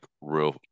real